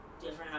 different